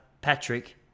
Patrick